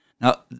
Now